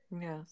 Yes